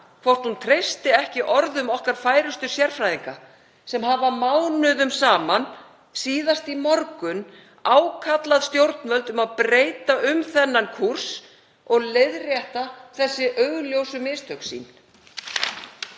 hvort hún treysti ekki orðum okkar færustu sérfræðinga sem hafa mánuðum saman, síðast í morgun, sent það ákall til stjórnvalda að breyta um þennan kúrs og leiðrétta þessi augljósu mistök sín.